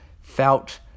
Felt